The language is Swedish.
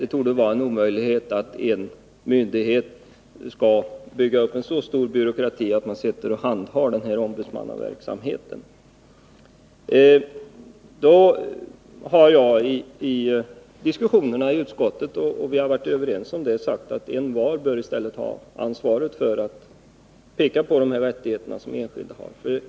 Det torde vara en omöjlighet att en myndighet skall bygga upp en så stor byråkrati att man kan handha den här ombudsmannaverksamheten. I samband med diskussionerna i utskottet har jag sagt att — och vi har varit överens om det — vederbörande i stället bör ha ansvaret för att upplysa om de rättigheter som enskilda har.